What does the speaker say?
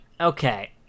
Okay